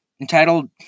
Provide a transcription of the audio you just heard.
Entitled